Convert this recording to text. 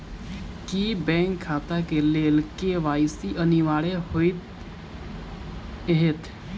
की bank खाता केँ लेल के.वाई.सी अनिवार्य होइ हएत?